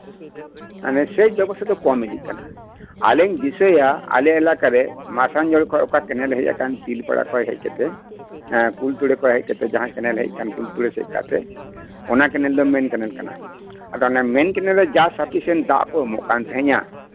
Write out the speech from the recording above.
ᱥᱮᱪ ᱵᱮᱵᱚᱥᱛᱷᱟ ᱫᱚ ᱠᱚᱢ ᱤᱫᱤᱜ ᱠᱟᱱᱟ ᱟᱞᱮᱧ ᱫᱤᱥᱟᱭᱟ ᱟᱞᱮ ᱮᱞᱟᱠᱟᱨᱮ ᱢᱟᱥᱟᱝᱡᱳᱲ ᱠᱷᱚᱱ ᱚᱠᱟ ᱠᱮᱱᱮᱞ ᱦᱮᱡ ᱟᱠᱟᱱ ᱛᱤᱞ ᱯᱟᱲᱟ ᱠᱩᱞ ᱛᱳᱲᱟ ᱦᱮᱡ ᱟᱠᱟᱱ ᱠᱩᱞ ᱛᱳᱲᱟ ᱥᱮᱫ ᱠᱟᱜ ᱛᱮ ᱚᱱᱟ ᱠᱮᱱᱮᱞ ᱫᱚ ᱢᱮᱱ ᱠᱮᱱᱮᱞ ᱠᱟᱱᱟ ᱟᱫᱚ ᱚᱱᱟ ᱢᱮᱱ ᱡᱟ ᱥᱟᱯᱷᱤᱥᱤᱭᱮᱱᱴ ᱫᱟᱜ ᱠᱚ ᱮᱢᱚᱜ ᱠᱟᱱ ᱛᱟᱦᱮᱱᱟ